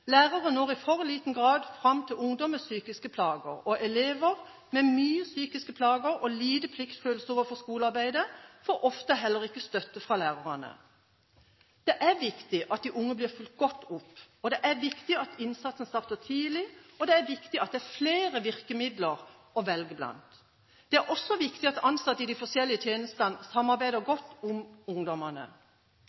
Lærere når i for liten grad fram til ungdom med psykiske plager, og elever med mye psykiske plager og lite pliktfølelse overfor skolearbeidet får ofte heller ikke støtte fra lærerne. Det er viktig at de unge blir fulgt godt opp. Det er viktig at innsatsen starter tidlig, og det er viktig at det er flere virkemidler å velge blant. Det er også viktig at ansatte i de forskjellige tjenestene samarbeider